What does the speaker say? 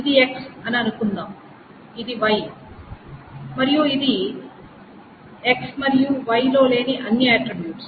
ఇది X అని అనుకుందాం ఇది Y మరియు ఇది X మరియు Y లో లేని అన్ని ఆట్రిబ్యూట్స్